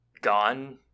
gone